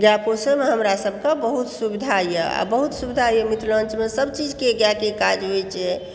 गाय पोसैमे हमरा सबके बहुत सुविधा यऽ आओर बहुत सुविधा यऽ मिथिलाञ्चलमे सब चीजके गायके काज होइ छै